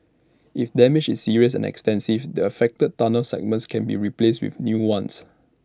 if damage is serious and extensive the affected tunnel segments can be replaced with new ones